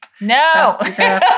no